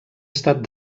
estat